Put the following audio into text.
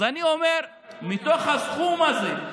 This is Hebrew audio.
אז אני אומר, מתוך הסכום הזה,